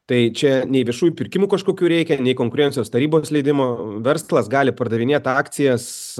tai čia nei viešųjų pirkimų kažkokių reikia nei konkurencijos tarybos leidimo verslas gali pardavinėt akcijas